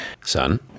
son